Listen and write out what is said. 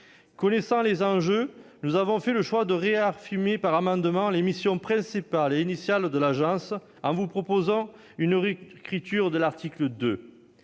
Connaissant les enjeux, nous avons fait le choix de réaffirmer, par voie d'amendement, les missions principales et initiales de l'agence, en proposant une réécriture de l'article 2.